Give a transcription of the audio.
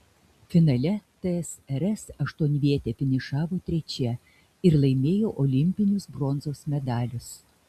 finale tsrs aštuonvietė finišavo trečia ir laimėjo olimpinius bronzos medalius